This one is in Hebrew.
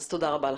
תודה רבה לכם.